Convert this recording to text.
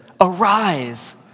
arise